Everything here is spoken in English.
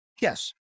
Yes